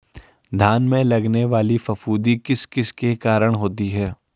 धान में लगने वाली फफूंदी किस किस के कारण होती है?